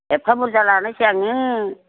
एफा बुरजा लानोसै आङो